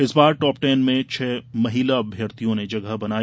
इस बार top ten में छह महिला अभ्यर्थियों ने जगह बनाई